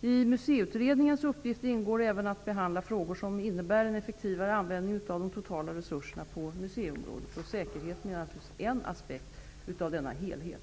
I Museiutredningens uppgifter ingår även att behandla frågor som innebär en effektivare användning av de totala resurserna på museiområdet. Säkerheten är naturligtvis en aspekt av denna helhet.